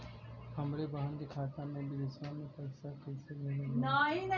हमरे बहन के खाता मे विदेशवा मे पैसा कई से भेजल जाई?